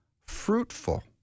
fruitful